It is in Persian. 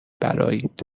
برآیید